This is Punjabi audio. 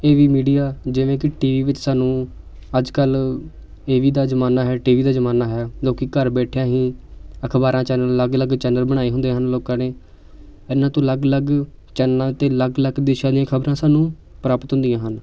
ਟੀ ਵੀ ਮੀਡੀਆ ਜਿਵੇਂ ਕਿ ਟੀ ਵੀ ਵਿੱਚ ਸਾਨੂੰ ਅੱਜ ਕੱਲ੍ਹ ਟੀ ਵੀ ਦਾ ਜ਼ਮਾਨਾ ਹੈ ਟੀ ਵੀ ਦਾ ਜ਼ਮਾਨਾ ਹੈ ਲੋਕ ਘਰ ਬੈਠਿਆਂ ਹੀ ਅਖਬਾਰਾਂ ਚੈਨਲ ਅਲੱਗ ਅਲੱਗ ਚੈਨਲ ਬਣਾਏ ਹੁੰਦੇ ਹਨ ਲੋਕਾਂ ਨੇ ਇਹਨਾਂ ਤੋਂ ਅਲੱਗ ਅਲੱਗ ਚੈਨਲਾਂ 'ਤੇ ਅਲੱਗ ਅਲੱਗ ਦੇਸ਼ਾਂ ਦੀਆਂ ਖਬਰਾਂ ਸਾਨੂੰ ਪ੍ਰਾਪਤ ਹੁੰਦੀਆਂ ਹਨ